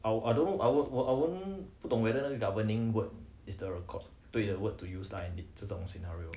I I don't know our own 不懂 whether the governing word is the cor~ 对的 word to use like 你这种 scenario